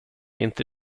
inte